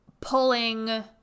pulling